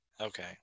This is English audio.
Okay